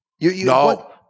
No